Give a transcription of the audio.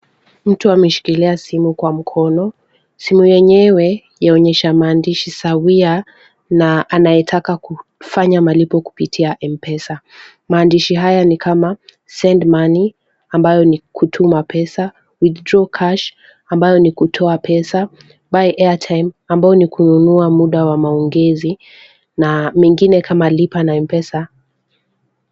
Mtu ameshikilia simu kwa mkono, simu yenyewe yaonyesha maandishi sawia na anayetaka kufanya malipo kupitia M-Pesa. Maandishi haya ni kama send money ambayo ni kutuma pesa, withdraw cash ambayo ni kutoa pesa, buy airtime ambayo ni kununua muda wa maongezi, na mingine kama lipa na M-Pesa.